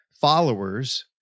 followers